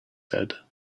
said